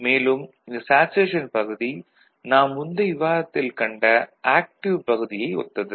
மேலும் இந்த சேச்சுரேஷன் பகுதி நாம் முந்தைய விவாதத்தில் கண்ட ஆக்டிவ் பகுதியை ஒத்தது